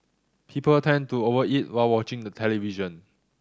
people tend to over eat while watching the television